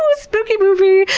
spooky movie!